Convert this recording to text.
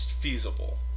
feasible